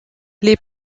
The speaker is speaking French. les